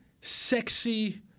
sexy